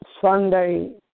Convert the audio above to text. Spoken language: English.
Sunday